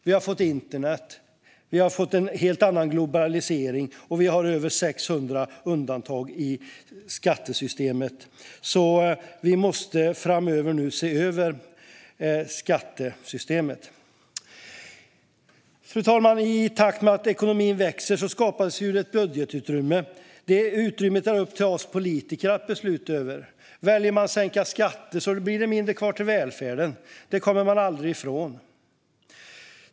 Vi har fått internet, vi har fått en helt annan globalisering och vi har över 600 undantag i skattesystemet, så vi måste framöver se över skattesystemet. Fru talman! I takt med att ekonomin växer skapas ju ett budgetutrymme. Det utrymmet är upp till oss politiker att besluta över. Väljer man att sänka skatter blir det mindre kvar till välfärden. Det kommer man aldrig ifrån.